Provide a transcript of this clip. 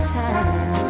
time